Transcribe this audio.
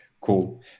cool